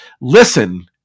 Listen